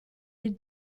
est